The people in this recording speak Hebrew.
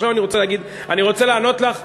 עכשיו אני רוצה לענות לך,